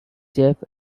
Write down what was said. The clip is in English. jeff